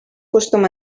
costum